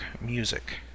music